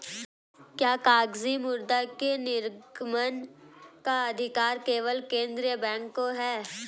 क्या कागजी मुद्रा के निर्गमन का अधिकार केवल केंद्रीय बैंक को है?